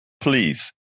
Please